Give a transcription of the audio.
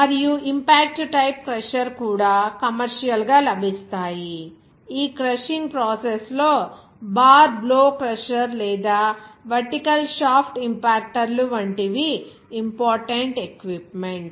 మరియు impact type crusher కూడా commercial గా లభిస్తాయిఈ క్రషింగ్ ప్రాసెస్ లో బార్ బ్లో క్రషర్ లేదా వర్టికల్ షాఫ్ట్ ఇంపాక్టర్లు వంటివి ఇంపార్టెంట్ ఎక్విప్మెంట్